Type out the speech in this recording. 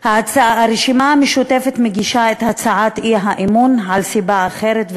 הרשימה המשותפת מגישה את הצעת האי-אמון על סיבה אחרת,